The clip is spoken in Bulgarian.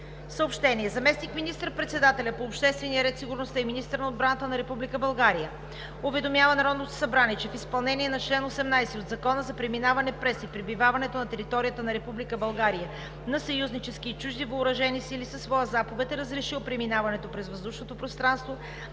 Съобщения: Заместник министър-председателят по обществения ред, сигурността и министър на отбраната на Република България уведомява Народното събрание, че в изпълнение на чл. 18 в Закона за преминаване през и пребиваването на територията на Република България на съюзнически и чужди въоръжени сили със своя заповед е разрешил преминаването през въздушното пространство